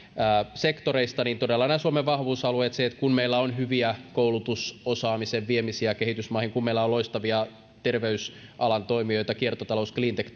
sektoreista kun suomen vahvuusalueita on se että meillä on hyviä koulutus ja osaamisen viemisiä kehitysmaihin että meillä on loistavia terveysalan toimijoita kiertotalous cleantech